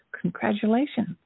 congratulations